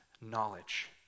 knowledge